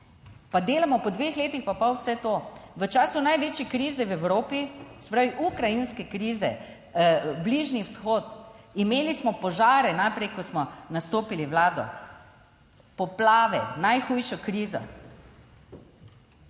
pa delamo po dveh letih pa pol. Vse to v času največje krize v Evropi, se pravi ukrajinske krize, bližnji vzhod, imeli smo požare najprej, ko smo nastopili vlado, poplave, najhujšo krizo,